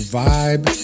vibe